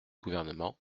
gouvernement